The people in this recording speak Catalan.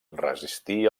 resistí